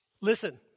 Listen